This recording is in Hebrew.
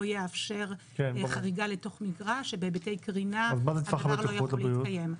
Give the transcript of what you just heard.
יאפשר חריגה לתוך מגרש שבהיבטי קרינה הדבר לא יכול להתקיים.